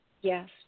yes